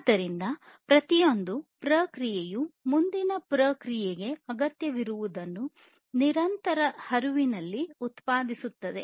ಆದ್ದರಿಂದ ಪ್ರತಿಯೊಂದು ಪ್ರಕ್ರಿಯೆಯು ಮುಂದಿನ ಪ್ರಕ್ರಿಯೆಗೆ ಅಗತ್ಯವಿರುವದನ್ನು ನಿರಂತರ ಹರಿವಿನಲ್ಲಿ ಉತ್ಪಾದಿಸುತ್ತದೆ